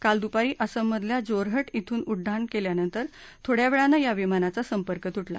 काल दूपारी आसममधल्या जोरहट इथून उड्डाण केल्यानंतर थोड्या वेळानं या विमानाचा संपर्क तुटला